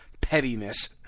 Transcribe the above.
pettiness